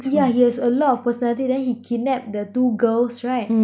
yeah he has a lot of personality then he kidnap the two girls right